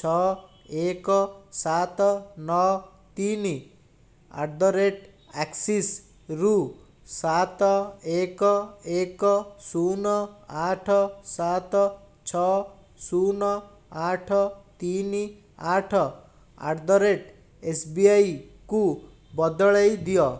ଛଅ ଏକ ସାତ ନଅ ତିନି ଆଟ୍ ଦ ରେଟ୍ ଆକ୍ସିସ୍ରୁ ସାତ ଏକ ଏକ ଶୂନ ଆଠ ସାତ ଛଅ ଶୂନ ଆଠ ତିନି ଆଠ ଆଟ୍ ଦ ରେଟ୍ ଏସ୍ବିଆଇକୁ ବଦଳାଇ ଦିଅ